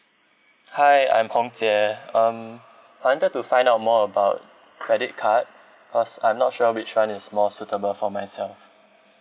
hi I'm hong jie um I wanted to find out more about credit card cause I'm not sure which [one] is more suitable for myself